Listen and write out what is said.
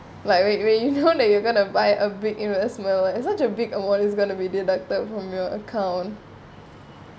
like when when you know that you gonna buy a big investment isn't such a big amount is gonna be deducted from your account